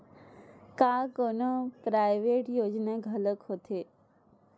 का कोनो प्राइवेट योजना घलोक होथे?